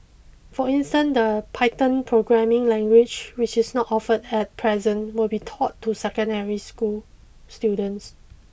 for instance the Python programming language which is not offered at present will be taught to secondary school students